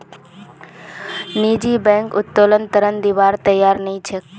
निजी बैंक उत्तोलन ऋण दिबार तैयार नइ छेक